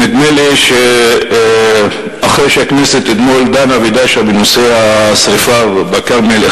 נדמה לי שאחרי שהכנסת אתמול דנה ודשה בנושא השרפה בכרמל,